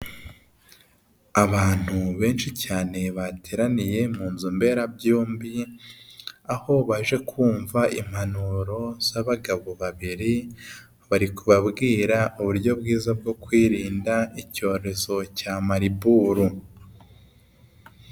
Abantu benshi cyane bateraniye mu nzu mberabyombi, aho baje kumva impanuro z'abagabo babiri, bari kubabwira uburyo bwiza bwo kwirinda icyorezo cya mariburu.